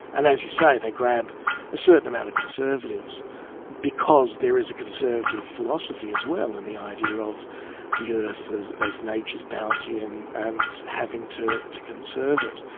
and as you say, they grab a certain amount of conservatives because there is a conservative philosophy as well in the idea of the earth as nature's bounty and and having to to conserve it.